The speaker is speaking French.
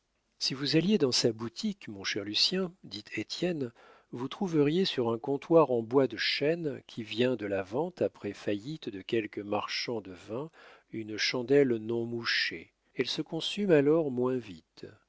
si vous alliez dans sa boutique mon cher lucien dit étienne vous trouveriez sur un comptoir en bois de chêne qui vient de la vente après faillite de quelque marchand de vin une chandelle non mouchée elle se consume alors moins vite